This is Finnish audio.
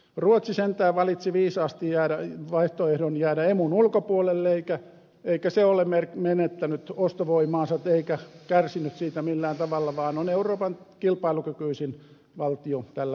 ruotsi sentään valitsi viisaasti vaihtoehdon jäädä emun ulkopuolelle eikä se ole menettänyt ostovoimaansa eikä kärsinyt siitä millään tavalla vaan on euroopan kilpailukykyisin valtio tällä hetkellä